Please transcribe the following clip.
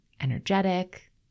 energetic